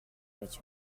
let